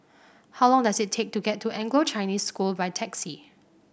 how long does it take to get to Anglo Chinese School by taxi